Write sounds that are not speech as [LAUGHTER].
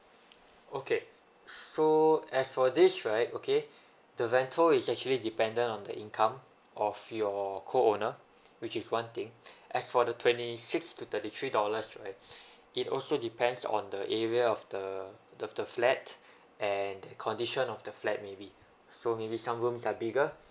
okay so as for this right okay the rental is actually dependent on the income of your co owner which is one thing [BREATH] as for the twenty six to thirty three dollars right it also depends on the area of the the the flat and condition of the flat maybe so maybe some rooms are bigger